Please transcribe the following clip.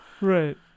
Right